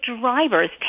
drivers